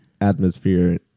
atmosphere